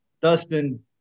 Dustin